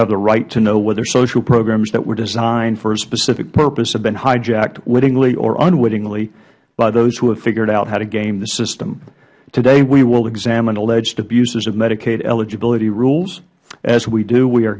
have the right to know whether social programs that were designed for a specific purpose have been hijacked wittingly or unwittingly by those who have figured out how to game the system today we will examine alleged abuses of medicaid eligibility rules as we do we are